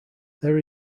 there